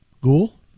Ghoul